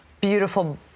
beautiful